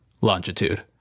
Longitude